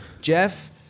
Jeff